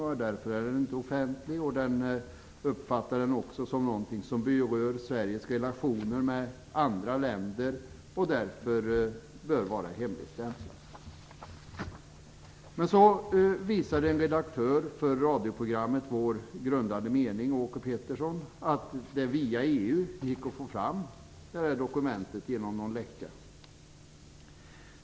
Därför är handlingen inte offentlig. Den uppfattas som något som berör Sveriges relationer med andra länder. Därför bör den vara hemligstämplad. Men så visade Åke Pettersson, redaktör för radioprogrammet Vår grundade mening, att det gick att få fram dokumentet via EU genom någon läcka.